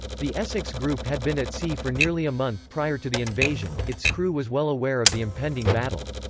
the essex group had been at sea for nearly a month prior to the invasion its crew was well aware of the impending battle.